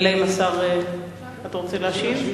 אתה רוצה להשיב?